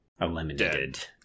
eliminated